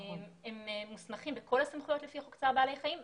הם מוסמכים בכל הסמכויות לפי חוק צער בעלי חיים,